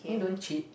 can you don't cheat